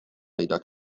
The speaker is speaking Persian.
پیدا